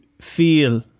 feel